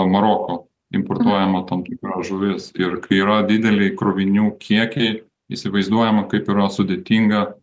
maroko importuojama tam tikra žuvis ir kai yra dideli krovinių kiekiai įsivaizduojama kaip yra sudėtinga